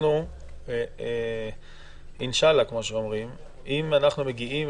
אינשאללה, אם אנחנו מגיעים